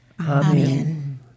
Amen